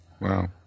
Wow